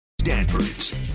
Stanford's